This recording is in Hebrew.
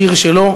שיר שלו,